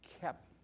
kept